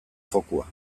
fokua